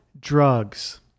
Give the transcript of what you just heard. drugs